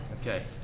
Okay